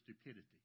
stupidity